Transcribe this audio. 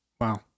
Wow